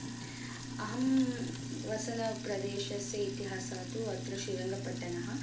अहं वसनप्रदेशस्य इतिहासः तु अत्र श्रीरङ्गपट्टणम्